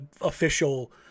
official